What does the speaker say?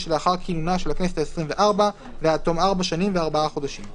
שלאחר כינונה של הכנסת העשרים וארבע ועד תום ארבע שנים וארבעה חודשים";